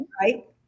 Right